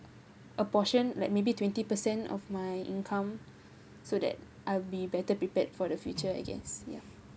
a portion like maybe twenty per cent of my income so that I'll be better prepared for the future I guess ya